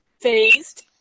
Phased